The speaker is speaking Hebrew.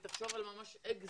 תחשוב על אקזיט,